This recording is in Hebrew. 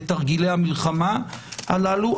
לתרגילי המלחמה הללו,